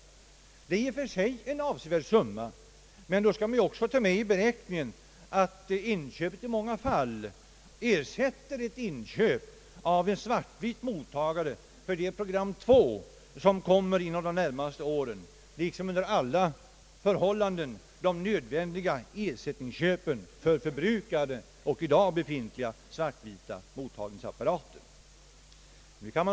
Det är i och för sig en avsevärd summa, men vi bör då ta med i beräkningen att inköpet i många fall ersätter ett inköp av en svart-vit mottagare för det program 2 som kommer under de närmaste åren och under alla förhållanden de nödvändiga ersättningsköpen för i dag befintliga och förbrukade svartvita mottagningsapparater.